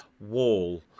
wall